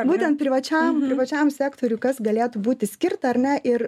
būtent privačiam privačiam sektoriui kas galėtų būti skirta ar ne ir